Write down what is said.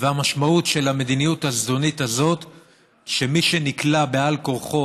המשמעות של המדיניות הזדונית הזאת היא שמי שנקלע בעל כורחו